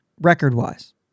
record-wise